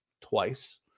twice